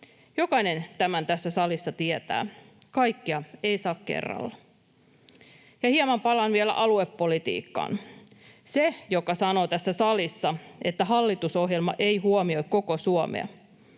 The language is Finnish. Jokainen tämän tässä salissa tietää. Kaikkea ei saa kerralla. Hieman palaan vielä aluepolitiikkaan. Sille, joka tässä salissa sanoo, että hallitusohjelma ei huomioi koko Suomea: